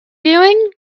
doing